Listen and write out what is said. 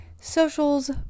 socials